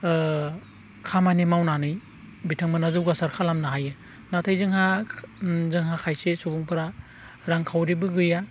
खामानि मावनानै बिथांमोनहा जौगासार खालामनो हायो नाथाय जोंहा जोंहा खायसे सुबुंफोरा रांखावरिबो गैया